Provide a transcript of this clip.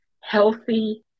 healthy